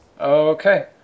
Okay